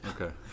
Okay